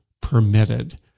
permitted